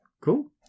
cool